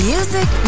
Music